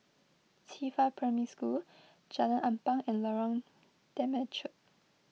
Qifa Primary School Jalan Ampang and Lorong Temechut